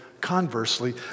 Conversely